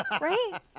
Right